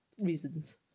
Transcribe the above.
reasons